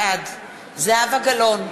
בעד זהבה גלאון,